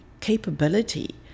capability